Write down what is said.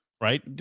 Right